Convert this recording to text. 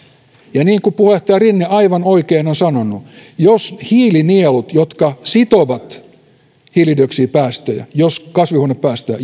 ja niin kuin puheenjohtaja rinne aivan oikein on sanonut jos hiilinielut jotka sitovat hiilidioksidipäästöjä kasvihuonepäästöjä